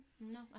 No